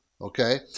okay